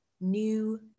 new